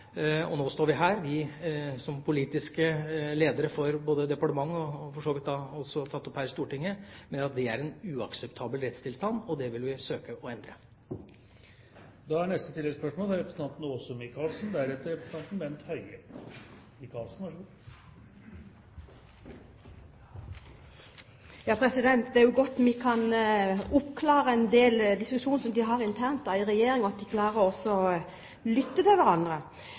og fått både direktoratet og ansatte i departementet til å gi uttrykk for hvordan loven er å forstå – det kom i november. Og nå står vi her. Som politiske ledere for departementer mener vi – som for så vidt også er tatt opp her i Stortinget – at det er en uakseptabel rettstilstand, og det vil vi søke å endre. Åse Michaelsen – til oppfølgingsspørsmål. Det er godt vi kan få oppklart en del av den diskusjonen de har internt i Regjeringen, og